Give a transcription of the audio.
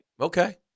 Okay